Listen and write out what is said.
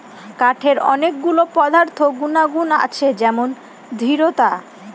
কাঠের অনেক গুলো পদার্থ গুনাগুন আছে যেমন দৃঢ়তা